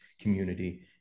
community